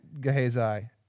Gehazi